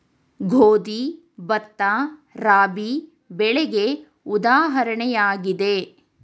ಗೋಧಿ, ಭತ್ತ, ರಾಬಿ ಬೆಳೆಗೆ ಉದಾಹರಣೆಯಾಗಿದೆ